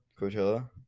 Coachella